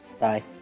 Bye